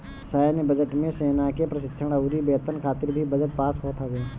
सैन्य बजट मे सेना के प्रशिक्षण अउरी वेतन खातिर भी बजट पास होत हवे